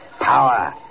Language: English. Power